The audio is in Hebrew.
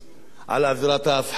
על אווירת ההפחדה?